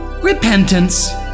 Repentance